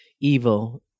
evil